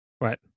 Right